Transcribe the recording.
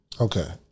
Okay